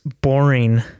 boring